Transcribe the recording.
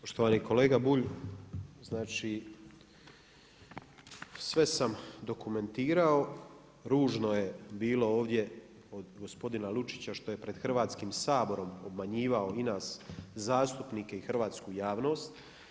Poštovani kolega Bulj, znači sve sam dokumentirao, ružno je bilo ovdje od gospodina Lučića što je pred Hrvatskim saborom obmanjivao i nas zastupnike i hrvatsku javnost.